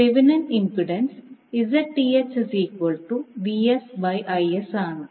Thevenin impedance ആണ്